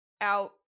out